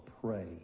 pray